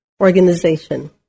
organization